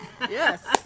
Yes